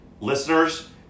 Listeners